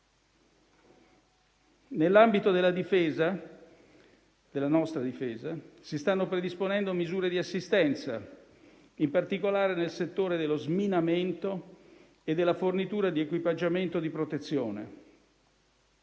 Nell'ambito della nostra Difesa si stanno predisponendo misure di assistenza, in particolare nel settore dello sminamento e della fornitura di equipaggiamento di protezione.